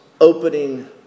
opening